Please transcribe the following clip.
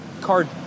card